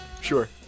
Sure